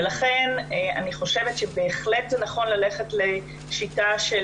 לכן אני חושבת שבהחלט זה נכון ללכת לשיטה של